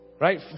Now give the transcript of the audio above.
right